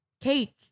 cake